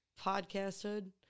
Podcasthood